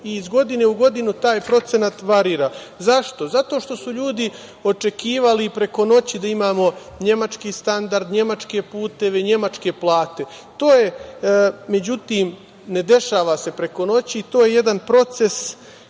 i iz godine u godinu taj procenat varira. Zašto? Zato što su ljudi očekivali preko noći da imamo nemački standard, nemačke puteve i nemačke plate. To se, međutim, ne dešava preko noći i to je jedan proces